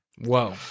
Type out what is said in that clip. Whoa